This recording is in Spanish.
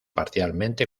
parcialmente